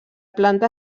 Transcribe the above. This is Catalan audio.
planta